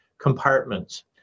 compartments